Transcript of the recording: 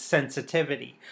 Sensitivity